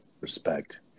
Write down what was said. respect